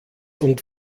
und